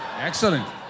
excellent